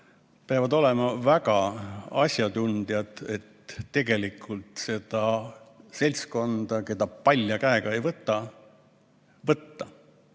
peavad olema väga asjatundjad, et seda seltskonda, keda palja käega ei võta, võtta.